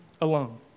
alone